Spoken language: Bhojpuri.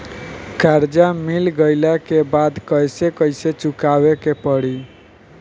कर्जा मिल गईला के बाद कैसे कैसे चुकावे के पड़ी?